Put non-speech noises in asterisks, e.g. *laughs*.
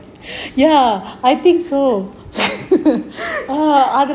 *laughs*